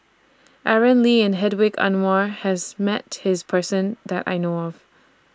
Aaron Lee and Hedwig Anuar has Met This Person that I know of